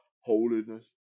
Holiness